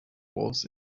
walls